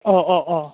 अ अ अ